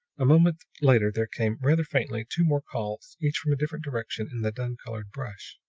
a moment later there came, rather faintly, two more calls, each from a different direction in the dun-colored brush.